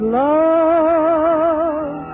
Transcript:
love